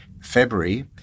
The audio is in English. February